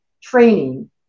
training